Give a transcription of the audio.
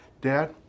Dad